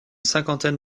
cinquantaine